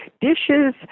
dishes